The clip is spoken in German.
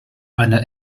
eine